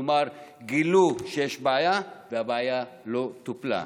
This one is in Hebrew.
כלומר גילו שיש בעיה, והבעיה לא טופלה.